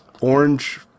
Orange